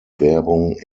werbung